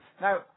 Now